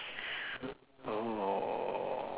oh